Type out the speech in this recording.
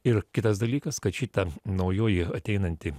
ir kitas dalykas kad šita naujoji ateinanti